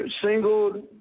single